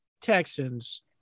texans